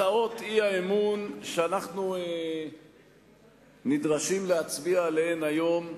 הצעות האי-אמון שאנחנו נדרשים להצביע עליהן היום הן,